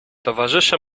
towarzysze